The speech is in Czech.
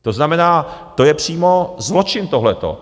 To znamená, to je přímo zločin, tohleto.